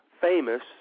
Famous